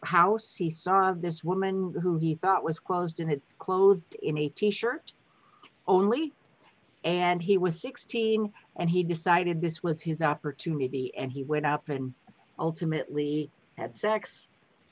house he saw this woman who he thought was closed in his clothes in a t shirt only and he was sixteen and he decided this was his opportunity and he went up and ultimately had sex